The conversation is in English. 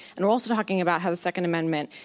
and also talking about how the second amendment,